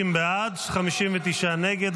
50 בעד, 59 נגד.